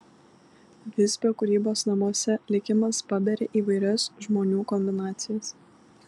visbio kūrybos namuose likimas paberia įvairias žmonių kombinacijas